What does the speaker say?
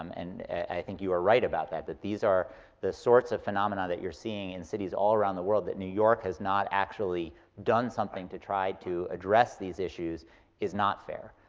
um and i think you are right about that, that these are the sorts of phenomena that you're seeing in cities all around the world, that new york has not actually done something to try to address these issues is not fair.